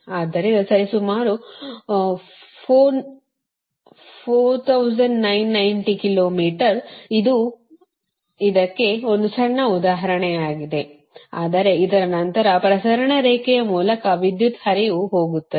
ಆದ್ದರಿಂದ ಸರಿಸುಮಾರು 4990 kilometre ಇದು ಇದಕ್ಕೆ ಒಂದು ಸಣ್ಣ ಉದಾಹರಣೆಯಾಗಿದೆ ಆದರೆ ಇದರ ನಂತರ ಪ್ರಸರಣ ರೇಖೆಯ ಮೂಲಕ ವಿದ್ಯುತ್ ಹರಿವು ಹೋಗುತ್ತದೆ